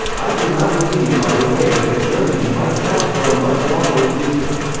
i do not believe by the way that germany might count for a much longer future.